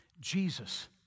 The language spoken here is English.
Jesus